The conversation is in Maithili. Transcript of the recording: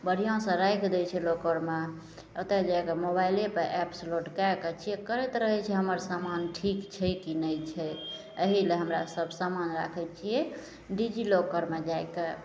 बढ़िआँसे राखि दै छै लॉकरमे ओतए जैके मोबाइलेपर एप्स लोड कै के चेक करैत रहै छै हमर समान ठीक छै कि नहि छै एहिलए हमरासभ समान राखै छिए डिजी लॉकरमे जैके